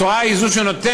התורה היא זו שנותנת,